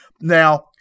Now